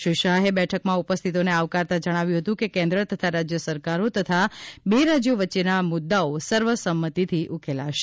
શ્રી શાહે બેઠકમાં ઉપસ્થિતોને આવકારતા જણાવ્યું હતું કે કેન્દ્ર તથા રાજ્ય સરકારો તથા બે રાજ્યો વચ્ચેના મુદ્દાઓ સર્વસંમતીથી ઉકેલાશે